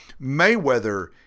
Mayweather